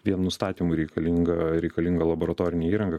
vien nustatymui reikalinga reikalinga laboratorinė įranga